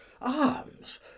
arms